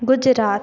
Gujarat